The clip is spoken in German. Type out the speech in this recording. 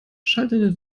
schaltete